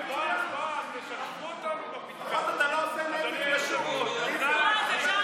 אני מחכה שיגידו לי שאני יכול לרדת.